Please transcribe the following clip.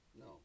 No